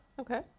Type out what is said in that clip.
Okay